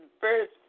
first